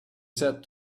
said